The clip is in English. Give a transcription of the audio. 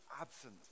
absent